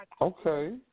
Okay